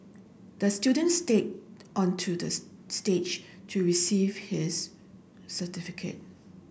the student stand onto the stage to receive his certificate